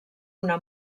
una